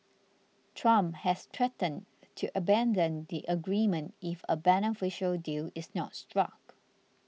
trump has threatened to abandon the agreement if a beneficial deal is not struck